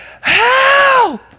help